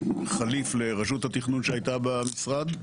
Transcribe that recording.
חליף לרשות התכנון שהייתה במשרד,